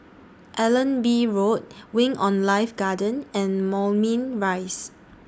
Allenby Road Wing on Life Garden and Moulmein Rise